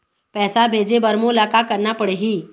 पैसा भेजे बर मोला का करना पड़ही?